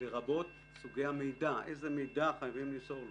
לרבות סוגי המידע שחייבים למסור לו,